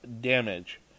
damage